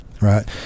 right